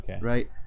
right